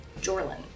Jorlin